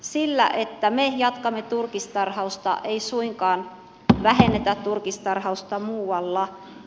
sillä että me jatkamme turkistarhausta ei suinkaan vähennetä turkistarhausta muualla